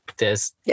Yes